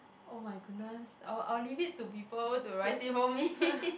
oh-my-goodness I'll I'll leave it to people to write it for me